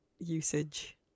Usage